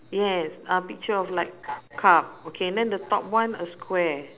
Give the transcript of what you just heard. yes a picture of like cup okay then the top one a square